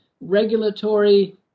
regulatory